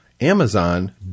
Amazon